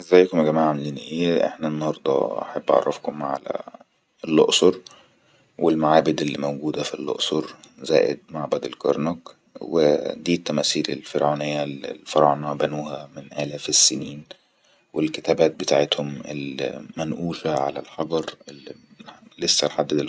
ازيكم يا جماعة عاملين اي احنا انهردة احب اعرفكم على اللئصور والمعابد اللي موجودة في اللئصور زائد معبد الكارنوك وديه تمثيل الفرعنية اللي الفرعنة بنوها من آلاف السنين والكتابات بتاعتهم المنأوشة على الحجر اللي لسه لحد دلوئت